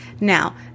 Now